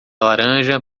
laranja